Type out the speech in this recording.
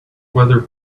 weather